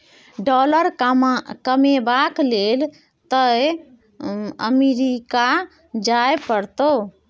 dollar comeback लेल तए America जाय परतौ